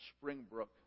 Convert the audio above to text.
Springbrook